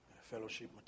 fellowship